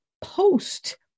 post